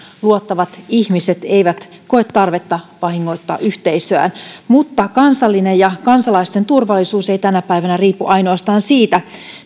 luottavat ihmiset eivät koe tarvetta vahingoittaa yhteisöään mutta kansallinen ja kansalaisten turvallisuus ei tänä päivänä riipu ainoastaan siitä